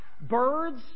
Birds